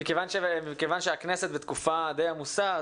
מכיוון שהכנסת בתקופה די עמוסה,